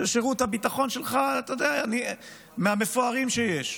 ששירות הביטחון שלך הוא מהמפוארים שיש.